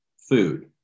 food